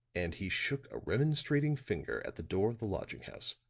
and he shook a remonstrating finger at the door of the lodging-house,